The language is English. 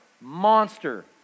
monster